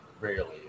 rarely